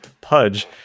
Pudge